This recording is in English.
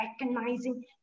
recognizing